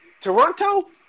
Toronto